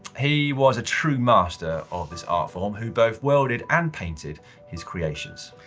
he was a true master of his art form who both welded and painted his creations.